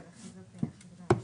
זה חלק מההרשאה.